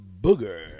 Booger